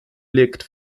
legt